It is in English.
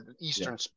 Eastern